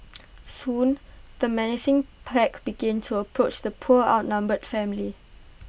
soon the menacing pack began to approach the poor outnumbered family